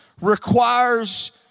requires